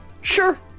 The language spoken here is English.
Sure